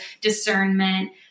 discernment